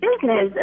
business